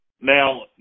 Now